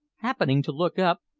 happening to look up,